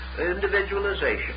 individualization